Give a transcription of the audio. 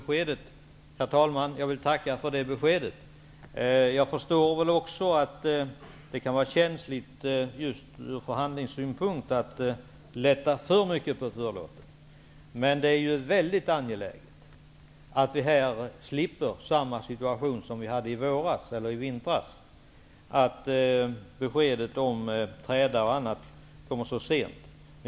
Herr talman! Jag vill tacka för det beskedet. Jag förstår att det ur förhandlingssynpunkt kan vara känsligt att lätta för mycket på förlåten. Men det är mycket angeläget att situationen inte blir som den var i vintras, då besked om träda och annat kom mycket sent.